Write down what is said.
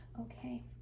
okay